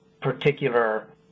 particular